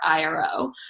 IRO